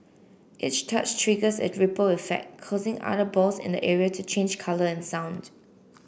each touch triggers a ripple effect causing other balls in the area to change colour and sound